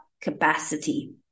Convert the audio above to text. capacity